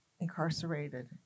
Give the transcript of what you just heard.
incarcerated